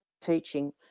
teaching